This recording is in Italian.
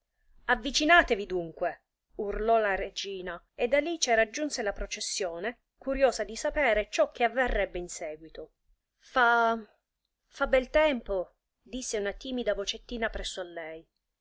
avvicinatevi dunque urlò la regina ed alice raggiunse la processione curiosa di sapere ciò che avverrebbe in seguito fa fa bel tempo disse una timida vocettina presso a lei